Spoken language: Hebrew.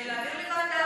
להעביר לוועדה.